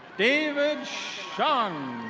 david schung.